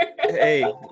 Hey